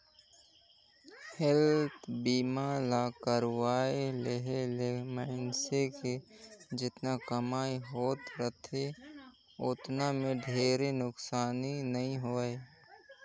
health बीमा ल करवाये लेहे ले मइनसे के जेतना कमई होत रथे ओतना मे ढेरे नुकसानी नइ होय